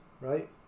right